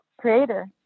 Creator